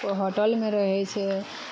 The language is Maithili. कोइ होटलमे रहै छै